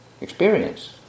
experience